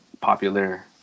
popular